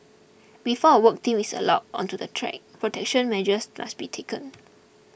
before a work team is allowed onto the track protection measures must be taken